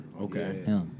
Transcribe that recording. Okay